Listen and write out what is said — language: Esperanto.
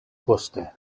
poste